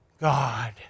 God